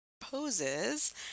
poses